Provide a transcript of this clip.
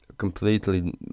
completely